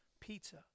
pizza